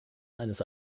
eines